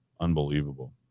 Unbelievable